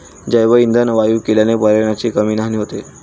जैवइंधन वायू केल्याने पर्यावरणाची कमी हानी होते